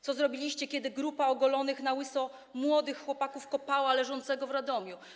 Co zrobiliście, kiedy grupa ogolonych na łyso młodych chłopaków kopała leżącego w Radomiu?